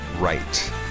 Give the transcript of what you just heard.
right